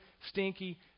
stinky